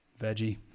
Veggie